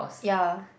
ya